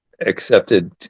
accepted